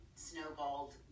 snowballed